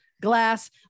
glass